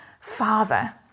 Father